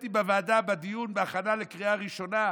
התוודעתי בוועדה, בדיון בהכנה לקריאה ראשונה,